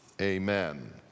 Amen